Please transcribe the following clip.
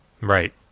Right